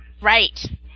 Right